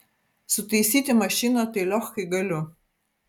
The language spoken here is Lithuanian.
sutaisyti mašiną tai liochkai galiu